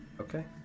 Okay